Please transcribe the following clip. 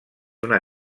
una